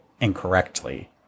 incorrectly